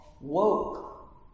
woke